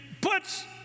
puts